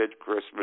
Christmas